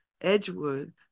Edgewood